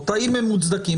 האם הם מוצדקים?